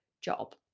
job